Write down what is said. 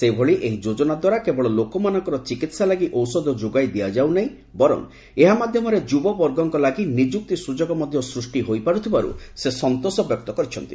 ସେହିଭଳି ଏହି ଯୋଜନା ଦ୍ୱାରା କେବଳ ଲୋକମାନଙ୍କର ଚିକିହା ଲାଗି ଔଷଧ ଯୋଗାଇ ଦିଆଯାଉ ନାହିଁ ବରଂ ଏହା ମାଧ୍ୟମରେ ଯ୍ରବବର୍ଗଙ୍କ ଲାଗି ନିଯୁକ୍ତି ସ୍ରଯୋଗ ମଧ୍ୟ ସୃଷ୍ଟି ହୋଇପାରୁଥିବାରୁ ସେ ସନ୍ତୋଷ ବ୍ୟକ୍ତ କରିଛନ୍ତି